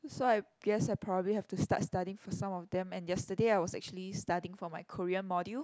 so I guess I probably have to start studying for some of them and yesterday I was actually studying for my Korean module